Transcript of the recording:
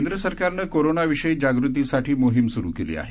केंद्रसरकारनं कोरोनाविषयी जागृतीसाठी मोहीम सुरु केली आहे